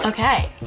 Okay